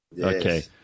Okay